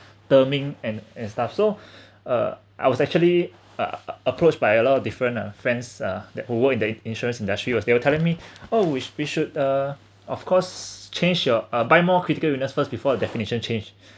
terming and and stuff so uh I was actually uh approached by a lot of different uh friends ah that who work in the insurance industry was they were telling me oh which we should uh of course change your uh buy more critical illness first before the definition change